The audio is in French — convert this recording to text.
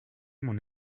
mon